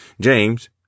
James